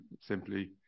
simply